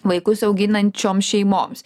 vaikus auginančiom šeimoms